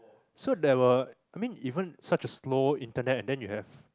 so there were I mean even such a slow internet and then you have